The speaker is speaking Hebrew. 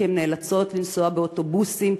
כי הן נאלצות לנסוע באוטובוסים,